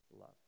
love